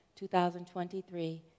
2023